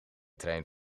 trein